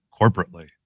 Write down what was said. corporately